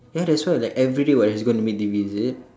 ya that's why like everyday what you're just gonna meet Devi is it